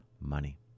money